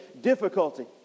difficulty